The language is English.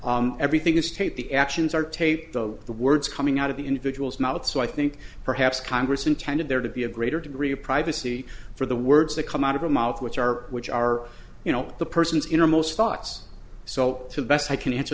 everything is taped the actions are taped of the words coming out of the individual's mouth so i think perhaps congress in ten and there to be a greater degree of privacy for the words that come out of her mouth which are which are you know the person's innermost thoughts so to best i can answer